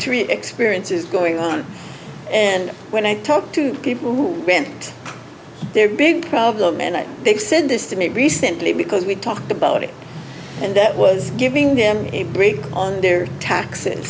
three experiences going on and when i talk to people who can't be problem and they said this to me recently because we talked about it and that was giving them a break on their taxes